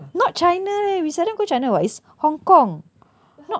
not china leh we seldom go china [what] it's hong kong not